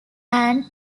anne